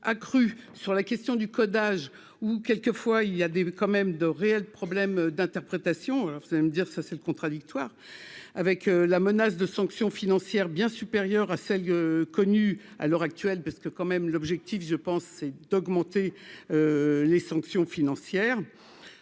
accrue sur la question du codage ou quelques fois il y a des quand même de réels problèmes d'interprétation, alors vous allez me dire ça, c'est le contradictoire avec la menace de sanctions financières bien supérieures à celles connues à l'heure actuelle, parce que quand même l'objectif je pense c'est d'augmenter les sanctions financières